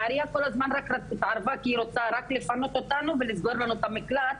היא התערבה רק כי היא רוצה לפנות אותנו ולסגור לנו את המקלט,